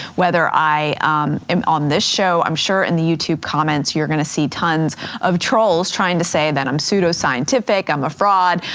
whether i am on this show. i'm sure in the youtube comments, you're gonna see tons of trolls trying to say that i'm pseudo scientific, i'm a fraud.